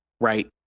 right